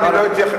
אני אראה לך.